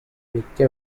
மிக்க